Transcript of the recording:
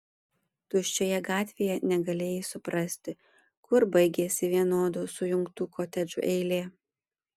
tuščioje gatvėje negalėjai suprasti kur baigiasi vienodų sujungtų kotedžų eilė